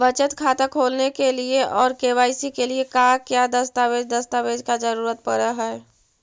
बचत खाता खोलने के लिए और के.वाई.सी के लिए का क्या दस्तावेज़ दस्तावेज़ का जरूरत पड़ हैं?